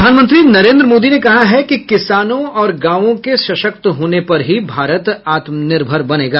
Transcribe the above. प्रधानमंत्री नरेन्द्र मोदी ने कहा है कि किसानों और गांवों के सशक्त होने पर ही भारत आत्मनिर्भर बनेगा